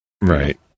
Right